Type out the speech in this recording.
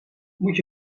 moet